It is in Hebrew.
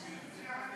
בבקשה.